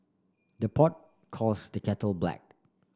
the pot calls the kettle black